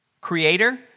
Creator